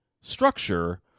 structure